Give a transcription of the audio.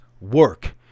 work